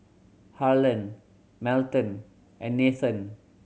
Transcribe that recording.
Harlan Melton and Nathen